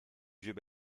vieux